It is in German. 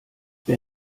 wer